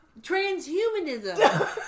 transhumanism